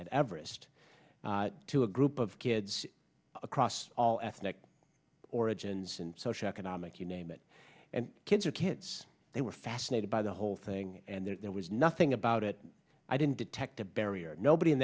everest to a group of kids across all ethnic origins and social economic you name it and kids or kids they were fascinated by the whole thing and there was nothing about it i didn't detect a barrier nobody in